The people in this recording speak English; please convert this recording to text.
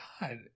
God